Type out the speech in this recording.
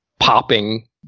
Popping